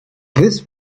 this